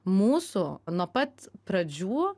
mūsų nuo pat pradžių